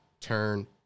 turn